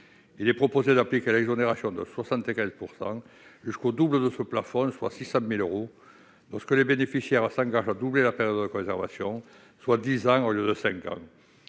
Il est proposé d'appliquer l'exonération de 75 % jusqu'au double de ce plafond, soit 600 000 euros lorsque les bénéficiaires s'engagent à doubler la période de conservation, c'est-à-dire dix ans au lieu de cinq ans.